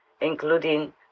including